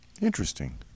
Interesting